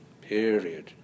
period